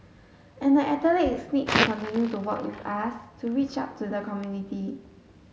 and the athletes need to continue to work with us to reach out to the community